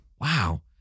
wow